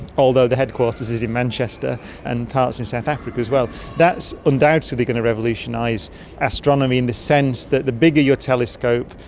although the headquarters is in manchester and parts in south africa as well. that's undoubtedly going to revolutionise astronomy in the sense that the bigger your telescope,